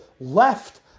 left